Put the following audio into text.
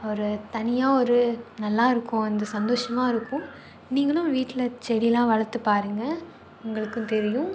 ஒரு தனியாக ஒரு நல்லா இருக்கும் அந்த சந்தோஷமாக இருக்கும் நீங்களும் வீட்டில் செடியெலாம் வளர்த்து பாருங்க உங்களுக்கும் தெரியும்